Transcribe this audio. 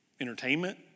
Entertainment